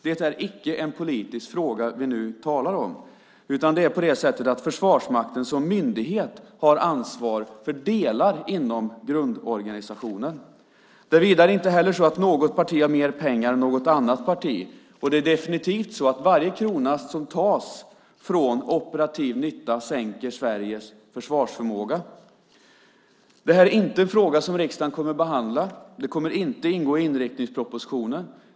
Det är icke en politisk fråga vi nu talar om, utan det är på det sättet att Försvarsmakten som myndighet har ansvar för delar inom grundorganisationen. Det är vidare inte heller så att något parti har mer pengar än något annat parti, och det är definitivt så att varje krona som tas från operativ nytta sänker Sveriges försvarsförmåga. Det här är inte en fråga som riksdagen kommer att behandla. Detta kommer inte att ingå i inriktningspropositionen.